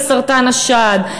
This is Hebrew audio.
לסרטן השד,